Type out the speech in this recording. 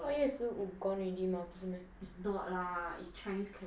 八月十五 gone already mah 不是 meh